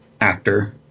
actor